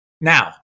Now